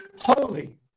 Holy